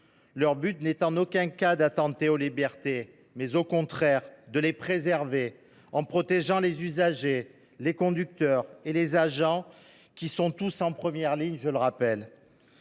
Leur but n’est en aucun cas d’attenter aux libertés, mais, au contraire, de les préserver, en protégeant les usagers, les conducteurs et les agents – qui sont tous, je le rappelle,